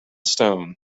stone